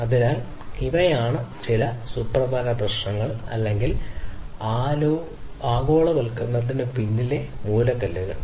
അതിനാൽ ഇവയാണ് ചില സുപ്രധാന പ്രശ്നങ്ങൾ അല്ലെങ്കിൽ ആഗോളവൽക്കരണത്തിന് പിന്നിലെ മൂലക്കല്ലുകൾ